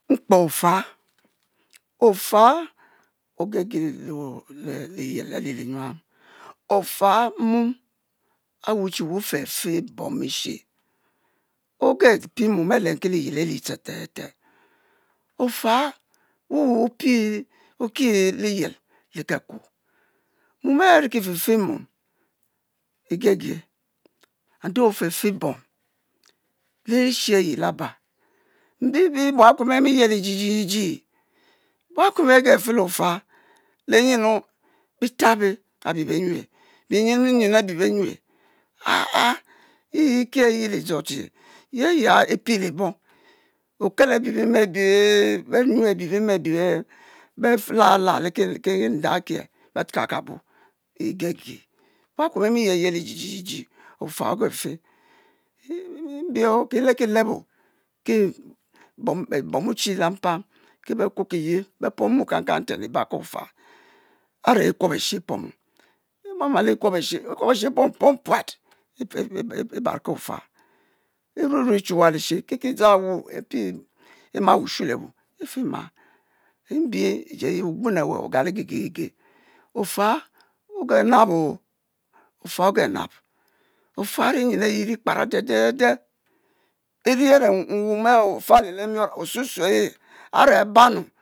Nkpe-o’fo ogege le liyel ali linyuam, o’fa mom awa che we o’fe fe bom eshe, ope pie mom alen ki liyel ali tetete, o’fe wu’wu opie oki-liyel le-kekuu, mom e’arikife fe mom igege, nde ofefe bom le-eshe ayi u ba mbi bi bua-kuen bemi-yeli jijiji bua tuen bege’ fe le ofa, lenyenu, bi tabe abi beuyu benyenu nyenu abi benyue, ah a’ a’ yi etie ye udzo che, ye aya epie le bong okelo abi beme, abi benyeue abi beme abie befe lu ala abeh bè-fe le kinda abie be kukubo igege, bua kuan bemi ge yeli jijiji ofa ofe fe, mbieoo ki elebkilibo ke bom wuchi le-mpam, ke be kuo ki ye, be-pomi eban ki o’fa a’re i kuobeshe ipoma immama le ikuo beshe, ikuobeshe ipom pom puat, ibar ki o’fa, irue rue echu ewa ui-she, kike edzang ewu epie ema wushu le-wu e’fe ma, mhi iji ayi mgbene-we ayi egaligegege, o’fa ogenab, o’fa ogenab o’fa ori nyen ayi eri kpakara de de de, iri a’re nwuom a’ofa li lé mion osue sue e’ a’re abanu